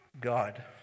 God